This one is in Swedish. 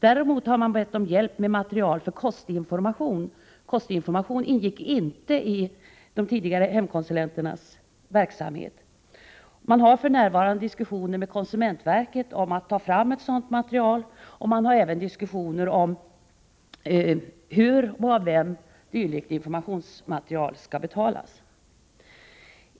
Däremot har de bett om hjälp med material för kostinformation, eftersom sådan inte ingick i de tidigare hemkonsulenternas verksamhet. Hushållningssällskapen har för närvarande diskussioner med konsumentverket om att ta fram ett sådant material och om hur och av vem dylikt informationsmaterial skall betalas.